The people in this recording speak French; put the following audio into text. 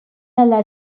alla